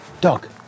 Dog